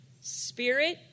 Spirit